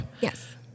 Yes